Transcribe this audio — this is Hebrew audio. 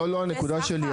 זה לא הנקודה שלי,